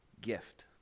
gift